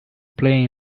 play